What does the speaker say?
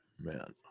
Man